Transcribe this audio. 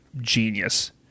genius